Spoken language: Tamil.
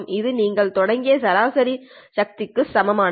இது நீங்கள் தொடங்கிய சராசரி சக்திக்கு சமமானது